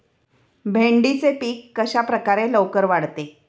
भेंडीचे पीक कशाप्रकारे लवकर वाढते?